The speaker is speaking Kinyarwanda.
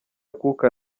akuka